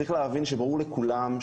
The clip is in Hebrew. אני מבין שיש דיון אם להוציא את זה או לא.